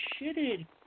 shitted